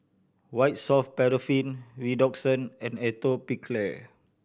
White Soft Paraffin Redoxon and Atopiclair